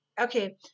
okay